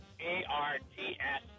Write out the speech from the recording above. A-R-T-S